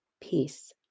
peace